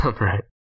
Right